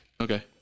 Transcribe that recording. Okay